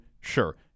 Sure